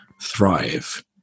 thrive